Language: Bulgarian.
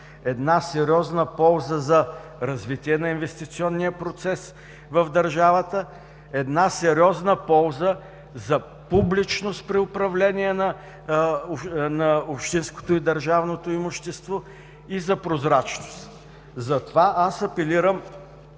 сериозна полза за развитие на инвестиционния процес в държавата, сериозна полза за публичност при управление на общинското и държавното имущество и за прозрачност. Затова апелирам